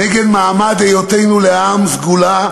נגד מעמד היותנו לעם סגולה,